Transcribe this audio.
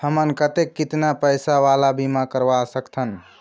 हमन कतेक कितना पैसा वाला बीमा करवा सकथन?